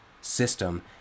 system